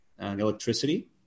electricity